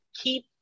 keep